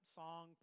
song